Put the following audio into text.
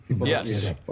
Yes